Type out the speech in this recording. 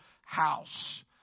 house